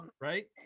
Right